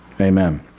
Amen